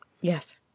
Yes